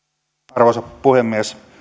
arvoisa puhemies